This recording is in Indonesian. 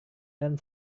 dan